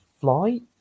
flight